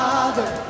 Father